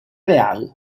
real